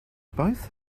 both